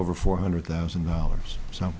over four hundred thousand dollars so